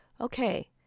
Okay